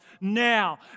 now